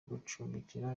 gucumbikira